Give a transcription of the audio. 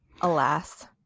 Alas